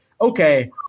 okay